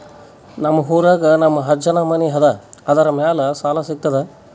ನಮ್ ಊರಾಗ ನಮ್ ಅಜ್ಜನ್ ಮನಿ ಅದ, ಅದರ ಮ್ಯಾಲ ಸಾಲಾ ಸಿಗ್ತದ?